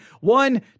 One